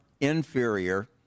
inferior